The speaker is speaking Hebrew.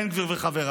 בן גביר וחבריו,